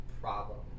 problem